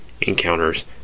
Encounters